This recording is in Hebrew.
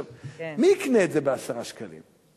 מי יקנה את זה ב-10 שקלים?